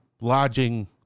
lodging